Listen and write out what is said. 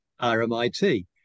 RMIT